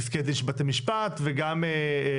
פסקי דין של בתי משפט וגם דרכונים.